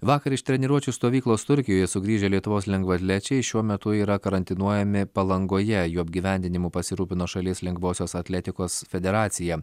vakar iš treniruočių stovyklos turkijoje sugrįžę lietuvos lengvaatlečiai šiuo metu yra karantinuojami palangoje jų apgyvendinimu pasirūpino šalies lengvosios atletikos federacija